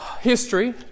history